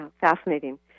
fascinating